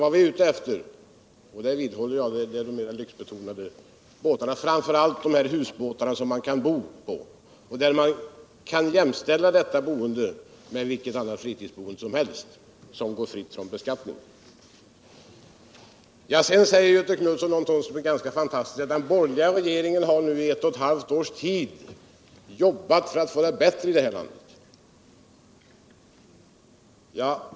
Vad vi är ute efter är de mer lyxbetonade båtarna, framför allt husbåtarna som man kan bo på. I dessa fall kan man jämställa boendet med vilket annat boende som helst, och därför skall det inte gå fritt från beskattning. Sedan säger Göthe Knutson någonting ganska fantastiskt, nämligen att den borgerliga regeringen i ett och ett halvt års tid jobbat för att få det bättre i det här landet.